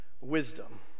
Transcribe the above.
Wisdom